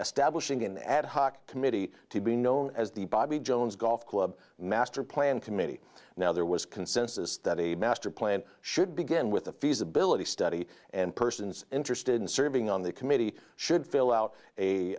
establishing an ad hoc committee to be known as the bobby jones golf club masterplan committee now there was consensus that a master plan should begin with the feasibility study and persons interested in serving on the committee should fill out a